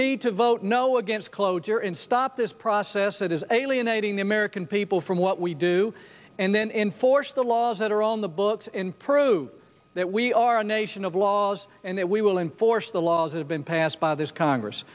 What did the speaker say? need to vote no against cloture in stop this process that is alienating the american people from what we do and then enforce the laws that are on the books in peru that we are a nation of laws and that we will enforce the laws have been passed by this congress